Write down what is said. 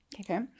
okay